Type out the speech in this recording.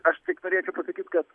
aš tik norėčiau pasakyt kad